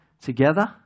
together